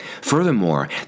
Furthermore